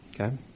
okay